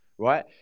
Right